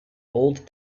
old